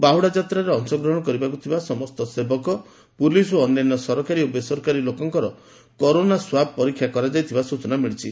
ବାହୁଡା ଯାତ୍ରାରେ ଅଂଶ ଗ୍ରହଣ କରିବାକୁ ଥିବା ସମସ୍ତ ସେବକ ପୋଲିସ ଓ ଅନ୍ୟାନ୍ୟ ସରକାରୀ ଓ ବେସରକାରୀ ଲୋକଙ୍କ କରୋନା ଲାଗି ସ୍ୱାବ୍ ପରୀକ୍ଷା କରାଯାଇଥିବା ସ୍ଚନା ମିଳିଛି